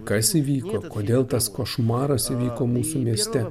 kas įvyko kodėl tas košmaras įvyko mūsų mieste